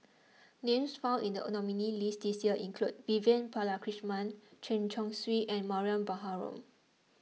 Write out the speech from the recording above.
names found in the nominees' list this year include Vivian Balakrishnan Chen Chong Swee and Mariam Baharom